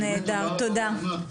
נהדר, תודה.